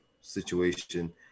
situation